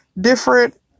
different